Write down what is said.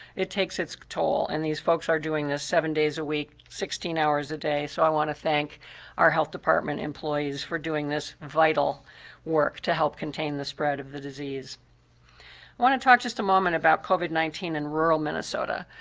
it takes its toll and these folks are doing this seven days a week, sixteen hours a day, so i want to thank our health department employees for doing this vital work to help contain the spread of the disease. i want to talk just a moment about covid nineteen in rural minnesota.